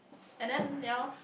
and then they all